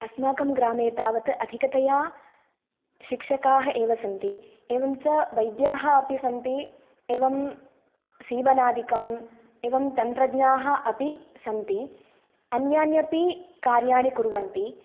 अस्माकं ग्रामे तावत् अधिकतया शिक्षकाः एव सन्ति एवं च वैद्याः अपि सन्ति एवं सीवनादिकं एवं तन्त्रज्ञा अपि सन्ति अन्यान्यपि कार्याणि कुर्वन्ति